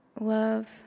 love